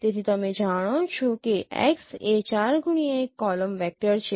તેથી તમે જાણો છો કે X એ 4x1 કોલમ વેક્ટર છે